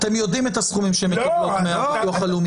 אתם יודעים את הסכומים שהן מקבלות מהביטוח הלאומי.